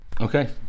Okay